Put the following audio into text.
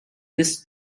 this